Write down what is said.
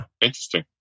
Interesting